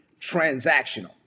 transactional